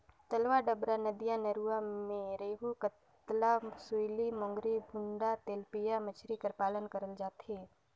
तलवा डबरा, नदिया नरूवा मन में रेहू, कतला, सूइली, मोंगरी, भुंडा, तेलपिया मछरी कर पालन करल जाथे